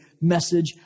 message